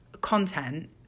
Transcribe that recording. content